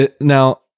Now